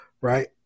right